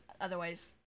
otherwise